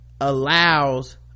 allows